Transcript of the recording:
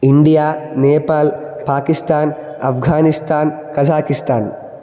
India Nepal Pakistan Afghanistan Kazakhstan